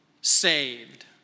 saved